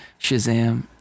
Shazam